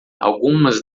algumas